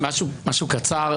משהו קצר.